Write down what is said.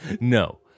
No